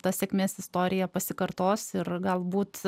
ta sėkmės istorija pasikartos ir galbūt